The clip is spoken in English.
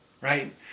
right